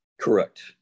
Correct